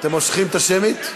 אתם מושכים את השמית?